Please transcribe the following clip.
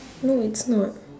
no it's not